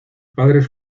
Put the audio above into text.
padres